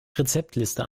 rezeptliste